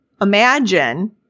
imagine